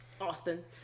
austin